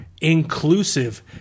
inclusive